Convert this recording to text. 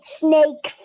snake